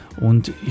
Und